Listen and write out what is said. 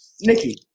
nikki